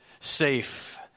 safe